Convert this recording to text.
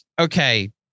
okay